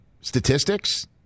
statistics